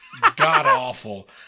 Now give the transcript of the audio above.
god-awful